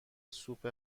سوپ